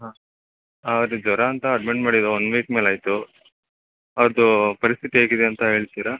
ಹಾಂ ಅವ್ರಿಗೆ ಜ್ವರ ಅಂತ ಅಡ್ಮಿಟ್ ಮಾಡಿದ್ದೋ ಒಂದು ವೀಕ್ ಮೇಲೆ ಆಯಿತು ಅವ್ರದ್ದು ಪರಿಸ್ಥಿತಿ ಹೇಗಿದೆ ಅಂತ ಹೇಳ್ತೀರಾ